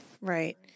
Right